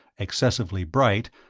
excessively bright,